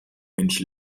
mensch